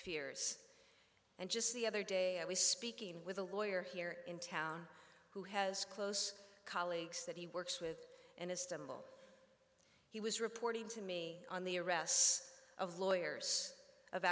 fears and just the other day i was speaking with a lawyer here in town who has close colleagues that he works with and estimable he was reporting to me on the arrests of lawyers of